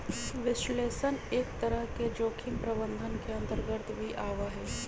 विश्लेषण एक तरह से जोखिम प्रबंधन के अन्तर्गत भी आवा हई